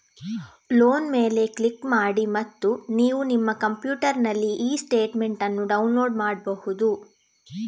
loan ಮೇಲೆ click ಮಾಡಿ ಮತ್ತು ನೀವು ನಿಮ್ಮ ಕಂಪ್ಯೂಟರಿನಲ್ಲಿ ಇ ಸ್ಟೇಟ್ಮೆಂಟ್ ಅನ್ನು ಡೌನ್ಲೋಡ್ ಮಾಡ್ಬಹುದು